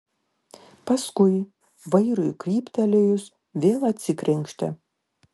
paskui vairui kryptelėjus vėl atsikrenkštė